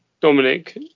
Dominic